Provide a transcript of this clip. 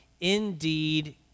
Indeed